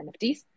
NFTs